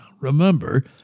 Remember